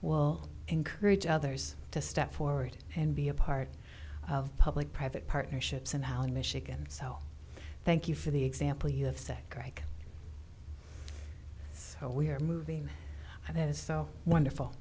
will encourage others to step forward and be a part of public private partnerships and how in michigan so thank you for the example you have said reich so we are moving and it is so wonderful